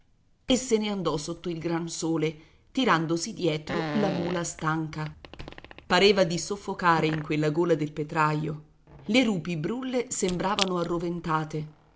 e se ne andò sotto il gran sole tirandosi dietro la mula stanca pareva di soffocare in quella gola del petraio le rupi brulle sembravano arroventate